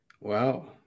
Wow